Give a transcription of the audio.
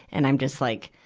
and i'm just like,